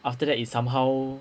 after that it somehow